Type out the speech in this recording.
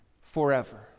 forever